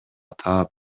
таап